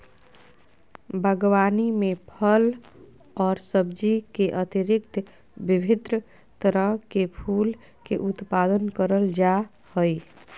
बागवानी में फल और सब्जी के अतिरिक्त विभिन्न तरह के फूल के उत्पादन करल जा हइ